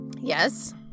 yes